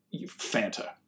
Fanta